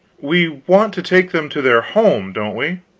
we want to take them to their home, don't we?